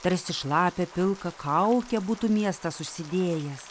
tarsi šlapią pilką kaukę būtų miestas užsidėjęs